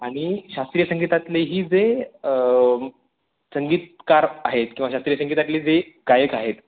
आणि शास्त्रीय संगीतातलेही जे संगीतकार आहेत किंवा शास्त्रीय संगीतातले जे गायक आहेत